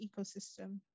ecosystem